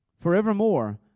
forevermore